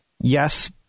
yes